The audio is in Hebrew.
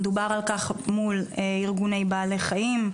דובר על כך מול ארגוני בעלי חיים,